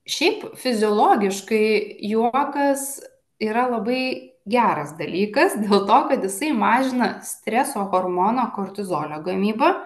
šiaip fiziologiškai juokas yra labai geras dalykas dėl to kad jisai mažina streso hormono kortizolio gamybą